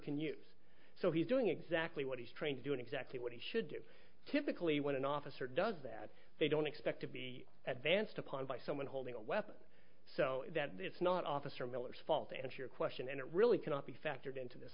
can use so he's doing exactly what he's trained doing exactly what he should do typically when an officer does that they don't expect to be at vance to pond by someone holding a weapon so that it's not officer miller's fault to answer your question and it really cannot be factored into this